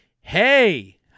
Hey